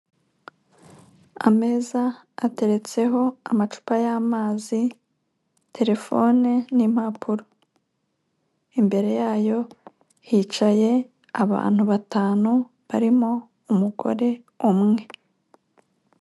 Ameza ateretseho amacupa y'amazi, telefone n'impapuro. Imbere yayo hicaye abantu batanu barimo umugore umwe.